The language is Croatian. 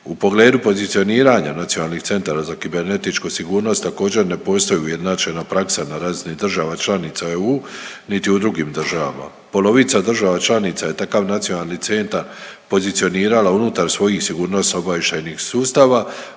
U pogledu pozicioniranja nacionalnih centara za kibernetičku sigurnost, također, ne postoji ujednačena praksa na razini država članica EU niti u drugim država. Polovica država članica je takav nacionalni centar pozicioniralo unutar svojih sigurnosno-obavještajnih sustava,